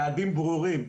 יעדים ברורים,